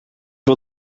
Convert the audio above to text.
wil